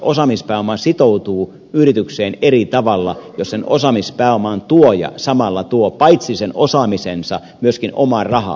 osaamispääoma sitoutuu yritykseen eri tavalla jos sen osaamispääoman tuoja samalla tuo paitsi sen osaamisensa myöskin omaa rahaa